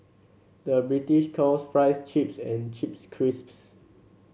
the British calls fries chips and chips crisps